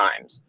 times